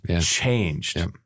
changed